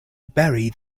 bury